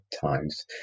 times